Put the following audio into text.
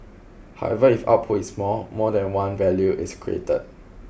however if output is more more than one value is created